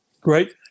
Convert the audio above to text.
great